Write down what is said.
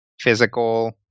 physical